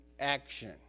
action